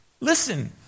listen